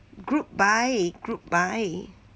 group buy group buy